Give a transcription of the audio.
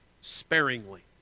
sparingly